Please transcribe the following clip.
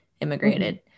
immigrated